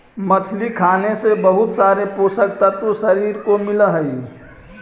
मछली खाने से बहुत सारे पोषक तत्व शरीर को मिलअ हई